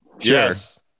Yes